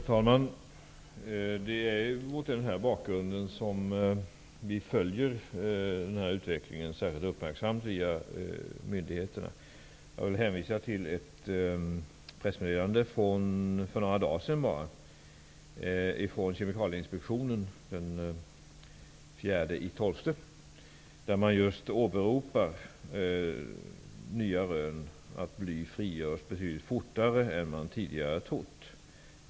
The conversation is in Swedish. Herr talman! Det är mot denna bakgrund som regeringen via myndigheterna uppmärksamt följer utvecklingen. Jag vill hänvisa till ett pressmeddelande som kom för några dagar sedan från Kemikalieinspektionen, den 4 december, där man just åberopar nya rön om att bly frigörs betydligt fortare än vad man tidigare trott.